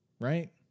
right